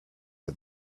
for